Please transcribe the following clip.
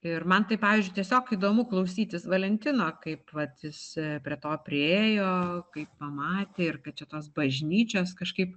ir man tai pavyzdžiui tiesiog įdomu klausytis valentino kaip vat jis prie to priėjo kaip pamatė ir kad čia tos bažnyčios kažkaip